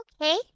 Okay